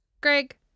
Greg